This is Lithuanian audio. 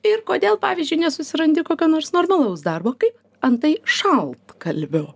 ir kodėl pavyzdžiui nesusirandi kokio nors normalaus darbo kaip antai šaltkalvio